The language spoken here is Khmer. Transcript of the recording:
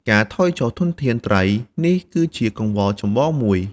ការថយចុះធនធានត្រី នេះគឺជាកង្វល់ចម្បងមួយ។